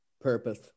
purpose